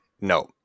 No